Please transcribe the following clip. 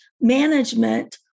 management